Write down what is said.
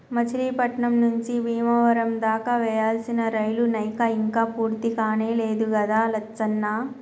మచిలీపట్నం నుంచి బీమవరం దాకా వేయాల్సిన రైలు నైన ఇంక పూర్తికానే లేదు గదా లచ్చన్న